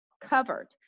covered